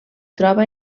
troba